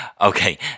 Okay